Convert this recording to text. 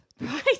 Right